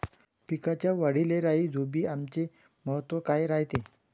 पिकाच्या वाढीले राईझोबीआमचे महत्व काय रायते?